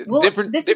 different